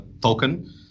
token